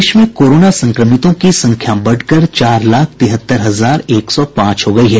देश में कोरोना संक्रमितों की संख्या बढ़कर चार लाख तिहत्तर हजार एक सौ पांच हो गई है